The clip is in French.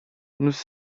nous